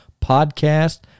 podcast